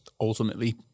ultimately